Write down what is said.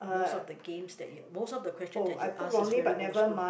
most of the games that you most of the question that you ask is very old school